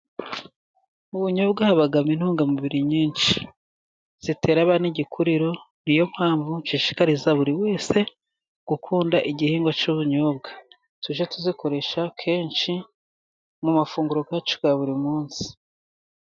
Mu bunyobwa habamo intungamubiri nyinshi zitera abana igikuriro ni yo mpamvu nshishikariza buri wese gukunda igihingwa cy'ubunyobwa, tujye tubukoresha kenshi mu mafunguro yacu ya buri munsi.